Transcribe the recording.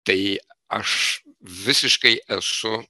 tai aš visiškai esu